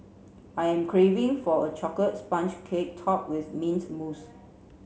I am craving for a chocolate sponge cake top with mint mousse